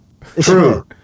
True